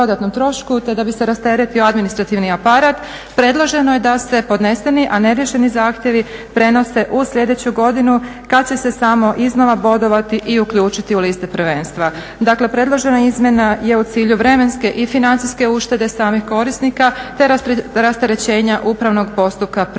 da bi se rasteretio administrativni aparat. Predloženo je da se podneseni a neriješeni zahtjevi prenose u slijedeću godinu kad će se samo iznova bodovati i uključiti u liste prvenstva. Dakle, predložena izmjena je u cilju vremenske i financijske uštede samih korisnika te rasterećenja upravnog postupka pred